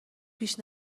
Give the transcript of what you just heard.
پیش